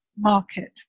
market